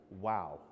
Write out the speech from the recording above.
wow